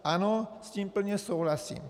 Ano, s tím plně souhlasím.